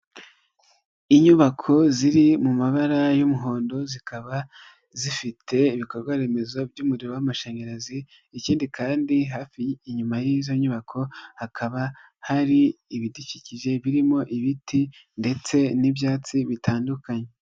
Inyubako ziri mu mabara y'umuhondo, zikaba zifite ibikorwa remezo by'umuriro w'amashanyarazi, ikindi kandi inyuma y'izo nyubako hakaba hari ibidukikije birimo ibiti ndetse n'ibyatsi bitandukanye.